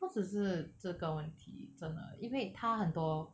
不只是这个问题真的因为他很多